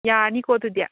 ꯌꯥꯔꯅꯤꯀꯣ ꯑꯗꯨꯗꯤ